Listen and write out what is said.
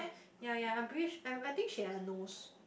ya ya I'm pretty sure I I think she like knows